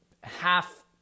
half